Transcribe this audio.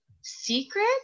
secret